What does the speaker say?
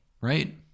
right